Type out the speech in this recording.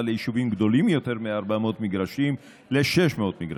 ליישובים גדולים יותר מ-400 מגרשים ל-600 מגרשים.